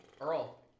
Earl